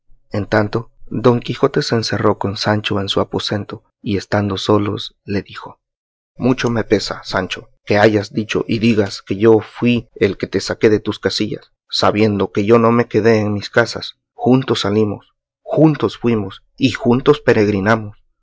en tanto don quijote se encerró con sancho en su aposento y estando solos le dijo mucho me pesa sancho que hayas dicho y digas que yo fui el que te saqué de tus casillas sabiendo que yo no me quedé en mis casas juntos salimos juntos fuimos y juntos peregrinamos